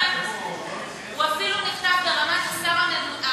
הוא אפילו נחקק ברמת השר הממונה,